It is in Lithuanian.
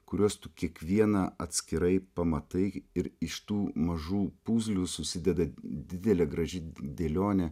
kuriuos tu kiekvieną atskirai pamatai ir iš tų mažų puzlių susideda didelė graži dėlionė